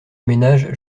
ménage